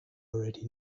already